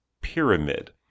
pyramid